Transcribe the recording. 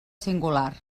singular